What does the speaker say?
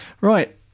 Right